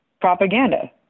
propaganda